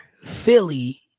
Philly